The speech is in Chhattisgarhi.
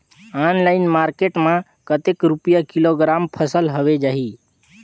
ऑनलाइन मार्केट मां कतेक रुपिया किलोग्राम फसल हवे जाही?